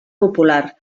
popular